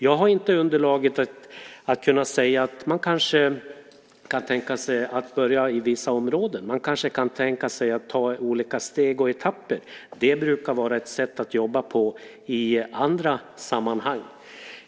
Jag har inte underlaget för att kunna säga att man kanske kan tänka sig att börja i vissa områden. Man kanske kan tänka sig att ta olika steg och etapper. Det brukar vara ett sätt att jobba på i andra sammanhang.